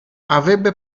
avrebbe